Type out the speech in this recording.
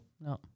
No